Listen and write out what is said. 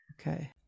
Okay